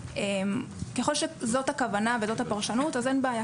ככל שזאת הכוונה וזאת הפרשנות, אין בעיה.